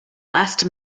last